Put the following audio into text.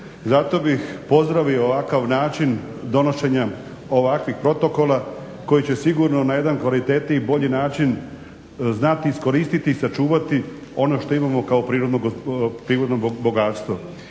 Zato bih pozdravio ovakav način donošenja ovakvih protokola koji će sigurno na jedan kvalitetniji i bolji način znati iskoristiti i sačuvati ono što imamo kao prirodno bogatstvo.